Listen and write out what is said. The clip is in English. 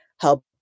help